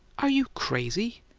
are you crazy?